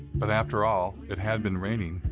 but after all, it had been raining.